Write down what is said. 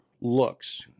looks